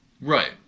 Right